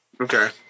Okay